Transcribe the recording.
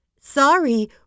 Sorry